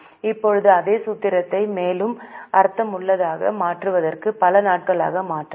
இப்போது அதே சூத்திரத்தை மேலும் அர்த்தமுள்ளதாக மாற்றுவதற்கு பல நாட்களாக மாற்றலாம்